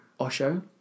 Osho